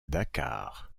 dakar